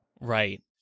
Right